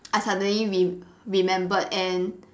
I suddenly re~ remembered and